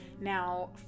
Now